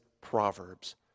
Proverbs